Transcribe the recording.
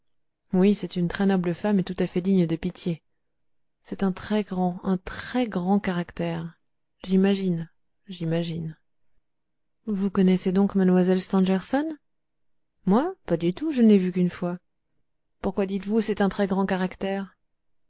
oui c'est une très noble femme et tout à fait digne de pitié c'est un très grand un très grand caractère j'imagine j'imagine vous connaissez donc mlle stangerson moi pas du tout je ne l'ai vue qu'une fois pourquoi dites-vous c'est un très grand caractère